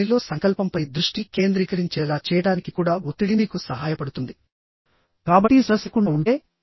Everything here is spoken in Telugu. మీ పనిలో సంకల్పంపై దృష్టి కేంద్రీకరించేలా చేయడానికి కూడా ఒత్తిడి మీకు సహాయపడుతుంది కాబట్టి స్ట్రెస్ లేకుండా ఉంటే